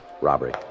Robbery